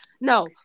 No